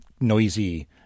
noisy